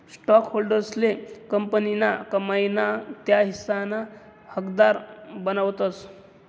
स्टॉकहोल्डर्सले कंपनीना कमाई ना त्या हिस्साना हकदार बनावतस